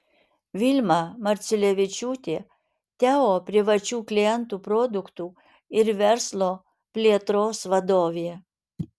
vilma marciulevičiūtė teo privačių klientų produktų ir verslo plėtros vadovė